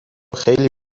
خیلی